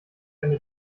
eine